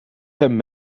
hem